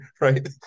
right